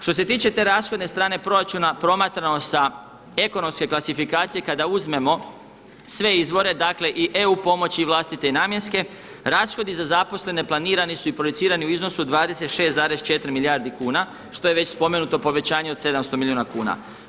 Što se tiče te rashodne strane proračuna, promatrano sa ekonomske klasifikacije kada uzmemo sve izvore, dakle i EU pomoći i vlastite i namjenske, rashodi za zaposlene planirani su i projicirani u iznosu od 26,4 milijardi kuna što je već spomenuto povećanje od 700 milijuna kuna.